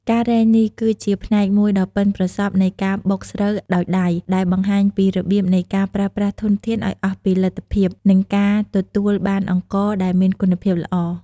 ការរែងនេះ គឺជាផ្នែកមួយដ៏ប៉ិនប្រសប់នៃការបុកស្រូវដោយដៃ ដែលបង្ហាញពីរបៀបនៃការប្រើប្រាស់ធនធានឱ្យអស់ពីលទ្ធភាព និងការទទួលបានអង្ករដែលមានគុណភាពល្អ។